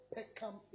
Peckham